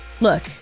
Look